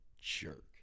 jerk